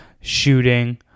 shooting